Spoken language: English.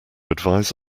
advise